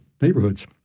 neighborhoods